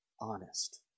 honest